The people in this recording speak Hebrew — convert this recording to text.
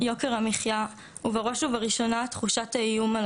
יוקר המחיה ובראש ובראשונה תחושת האיום על